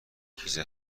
کیسه